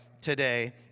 today